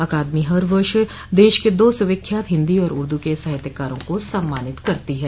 अकादमी हर वर्ष देश के दो सुविख्यात हिन्दी और उर्दू के साहित्यकारों को सम्मानित करती है